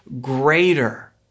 greater